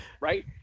right